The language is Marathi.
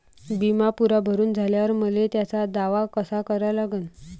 बिमा पुरा भरून झाल्यावर मले त्याचा दावा कसा करा लागन?